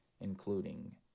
including